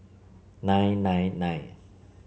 nine nine nine